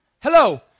Hello